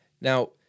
Now